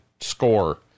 score